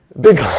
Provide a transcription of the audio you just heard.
Big